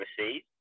overseas